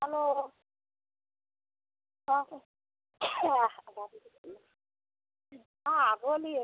hello कौन हाँ बोलिए